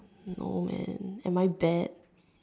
I'm old man am I bad